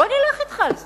בוא נלך אתך על זה.